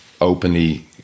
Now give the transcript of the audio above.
openly